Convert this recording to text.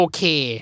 Okay